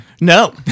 No